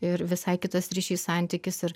ir visai kitas ryšys santykis ir